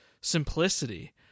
simplicity